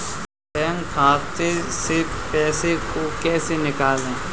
Bank खाते से पैसे को कैसे निकालें?